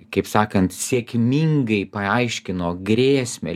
kaip sakant sėkmingai paaiškino grėsmę